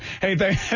Hey